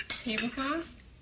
tablecloth